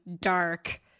dark